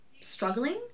struggling